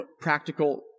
practical